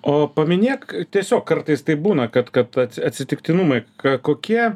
o paminėk tiesiog kartais taip būna kad kad at atsitiktinumai ką kokie